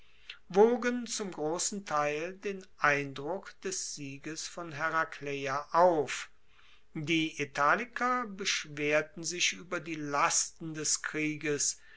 wogen zum grossen teil den eindruck des sieges von herakleia auf die italiker beschwerten sich ueber die lasten des krieges